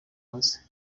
umaze